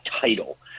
title